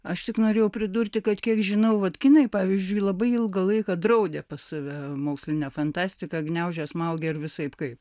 aš tik norėjau pridurti kad kiek žinau vat kinai pavyzdžiui labai ilgą laiką draudė pas save mokslinę fantastiką gniaužė smaugė ir visaip kaip